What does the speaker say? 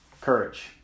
Courage